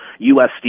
USD